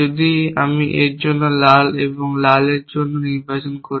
যদি আমি এর জন্য লাল এবং এর জন্য লাল নির্বাচন করি